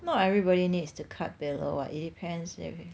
not everybody needs to cut below [what] it depends if